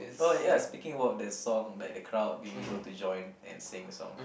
oh ya speaking about that song that the crowd being able to join and sing the song